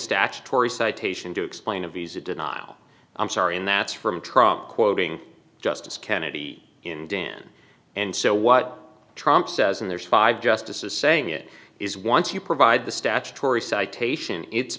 statutory citation to explain a visa denial i'm sorry and that's from trump quoting justice kennedy in dan and so what trump says and there's five justices saying it is once you provide the statutory citation it's